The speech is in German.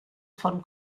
von